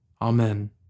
Amen